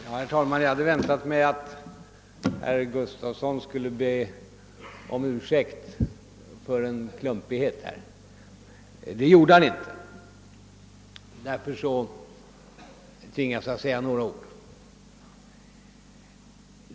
Herr talman! Jag hade väntat mig att herr Gustavsson i Alvesta skulle be om ursäkt för en klumpighet. Det gjorde han inte och därför tvingas jag säga några ord.